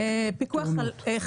אוקיי, בואו נמשיך.